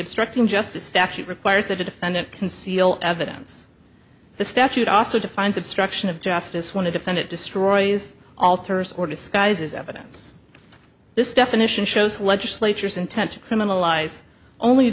obstructing justice statute requires that the defendant conceal evidence the statute also defines obstruction of justice want to defend it destroys alters or disguises evidence this definition shows legislature's intent criminalize only